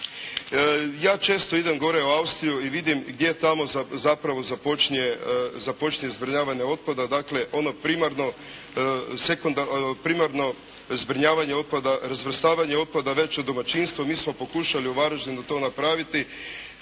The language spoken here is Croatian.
Ja često idem gore u Austriju i vidim gdje tamo zapravo započinje zbrinjavanje otpada dakle ono primarno zbrinjavanje otpada, razvrstavanje otpada već u domaćinstvu. Mi smo pokušali u Varaždinu to napraviti.